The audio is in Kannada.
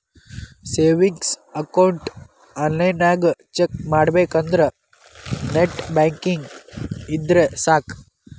ಸೇವಿಂಗ್ಸ್ ಅಕೌಂಟ್ ಆನ್ಲೈನ್ನ್ಯಾಗ ಚೆಕ್ ಮಾಡಬೇಕಂದ್ರ ನೆಟ್ ಬ್ಯಾಂಕಿಂಗ್ ಇದ್ರೆ ಸಾಕ್